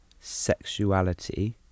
sexuality